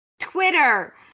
Twitter